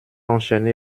enchaîné